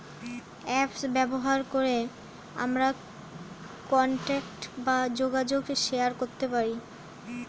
apps ব্যবহার করে আমরা কন্টাক্ট বা যোগাযোগ শেয়ার করতে পারি